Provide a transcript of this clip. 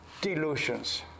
delusions